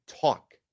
talk